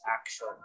action